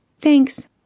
Thanks